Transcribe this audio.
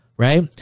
Right